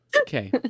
Okay